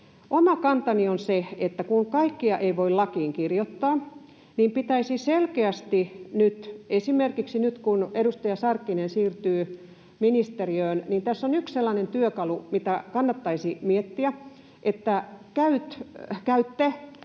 Oma kantani on se, että kun kaikkea ei voi lakiin kirjoittaa, niin pitäisi selkeästi... Esimerkiksi nyt kun edustaja Sarkkinen siirtyy ministeriöön, niin tässä on yksi sellainen työkalu, mitä kannattaisi miettiä, että käytte